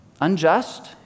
Unjust